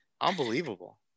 unbelievable